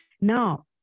Now